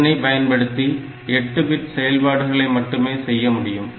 இதனை பயன்படுத்தி 8 பிட் செயல்பாடுகளை மட்டுமே செய்ய முடியும்